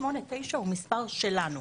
8/9 הוא מספר שלנו.